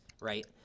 right